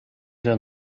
der